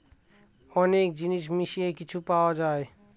অনেক জিনিস মিশিয়ে কিছু পাওয়া যায়